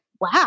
wow